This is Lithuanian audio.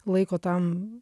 laiko tam